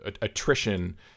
attrition